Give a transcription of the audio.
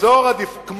אזור עדיפות לאומית.